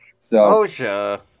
OSHA